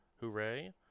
Hooray